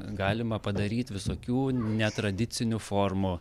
galima padaryt visokių netradicinių formų